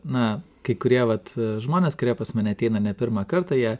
na kai kurie vat žmonės kurie pas mane ateina ne pirmą kartą jie